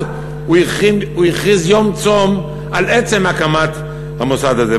אז הוא הכריז יום צום על עצם הקמת המוסד הזה.